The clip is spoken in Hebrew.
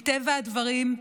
מטבע הדברים,